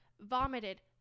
vomited